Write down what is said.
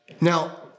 Now